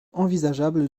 envisageable